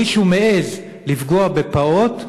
מישהו מעז לפגוע בפעוט,